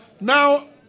Now